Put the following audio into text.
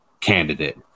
candidate